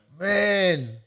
Man